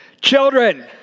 children